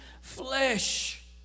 flesh